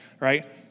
right